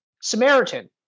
Samaritan